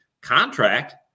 contract